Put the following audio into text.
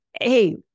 Hey